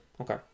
Okay